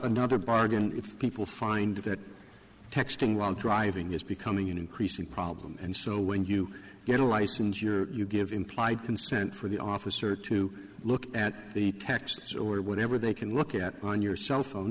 another bargain if people find that texting while driving is becoming an increasing problem and so when you get a license you're give implied consent for the officer to look at the texts or whatever they can look at on your cell phone